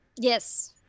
Yes